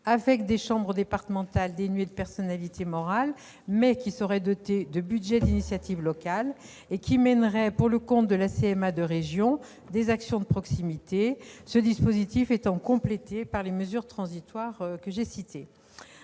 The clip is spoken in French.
avec des chambres départementales dénuées de personnalité morale, mais qui seraient dotées de budgets d'initiative locale et qui mèneraient, pour le compte de la CMA de région, des actions de proximité. Ce dispositif serait complété par les mesures transitoires que j'ai citées.